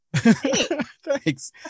Thanks